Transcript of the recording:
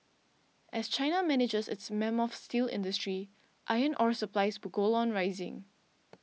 as China manages its mammoth steel industry iron ore supplies will go on rising